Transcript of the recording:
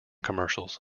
commercials